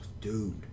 dude